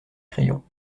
crayons